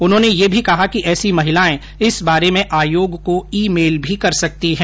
उन्होंने यह भी कहा है कि ऐसी महिलाए इस बारे में आयोग को ई मेल भी कर सकती हैं